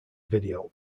video